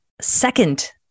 second